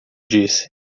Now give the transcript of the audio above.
disse